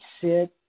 sit